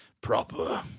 proper